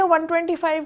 125